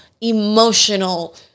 emotional